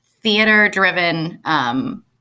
theater-driven